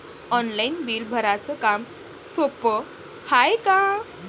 Online bill भराच काम सोपं हाय का?